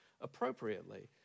appropriately